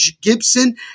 Gibson